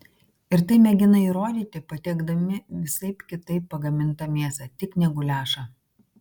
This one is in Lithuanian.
ir tai mėgina įrodyti patiekdami visaip kitaip pagamintą mėsą tik ne guliašą